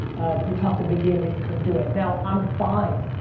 of, you talked a big game but you couldn't do it. now, i'm fine,